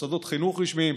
מוסדות חינוך רשמיים,